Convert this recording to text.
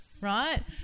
right